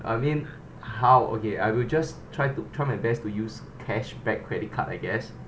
I mean how okay I will just try to try my best to use cash back credit card I guess